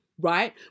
right